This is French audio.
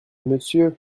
monsieur